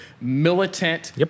militant